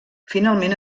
finalment